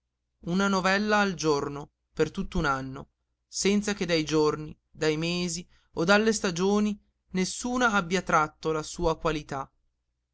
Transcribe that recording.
una novella al giorno per tutt'un anno senza che dai giorni dai mesi o dalle stagioni nessuna abbia tratto la sua qualità